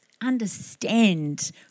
understand